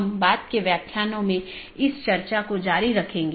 इसके साथ ही आज अपनी चर्चा समाप्त करते हैं